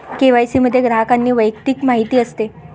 KYC मध्ये ग्राहकाची वैयक्तिक माहिती असते